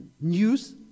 news